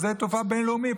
זה שדה תעופה בין-לאומי,